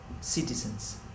citizens